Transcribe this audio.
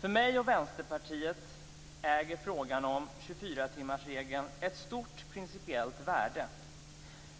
För mig och Vänsterpartiet har frågan om 24-timmarsregeln ett stort principiellt värde.